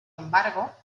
embargo